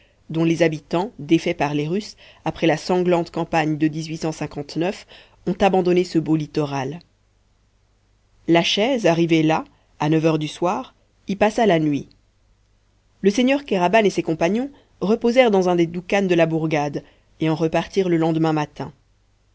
dont les habitants défaits par les russes après la sanglante campagne de ont abandonné ce beau littoral la chaise arrivée là à neuf heures du soir y passa la nuit le seigneur kéraban et ses compagnons reposèrent dans un des doukhans de la bourgade et en repartirent le lendemain matin